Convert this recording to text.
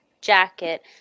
jacket